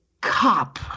cop